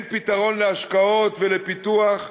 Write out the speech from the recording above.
אין פתרון להשקעות ולפיתוח,